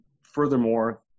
furthermore